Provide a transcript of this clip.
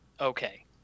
okay